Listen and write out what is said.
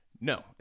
No